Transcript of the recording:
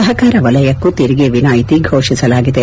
ಸಹಕಾರ ವಲಯಕ್ಕೂ ತೆರಿಗೆ ವಿನಾಯಿತಿ ಫೋಷಿಸಲಾಗಿದೆ